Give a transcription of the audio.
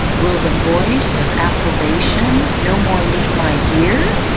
will the voice of approbation no more meet my ear?